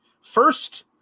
first